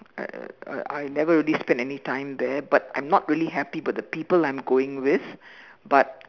uh I never really spend any time there but I'm not really happy about the people I'm going with but